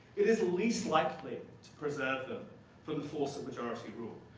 it is least likely to preserve them from the force of majority rule.